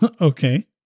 Okay